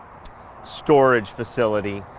storage facility.